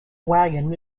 wagon